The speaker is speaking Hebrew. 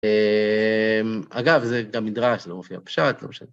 אגב, זה גם מדרש, זה לא מופיע פשט, לא משנה.